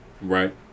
right